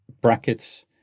brackets